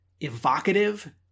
evocative